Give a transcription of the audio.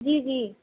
جی جی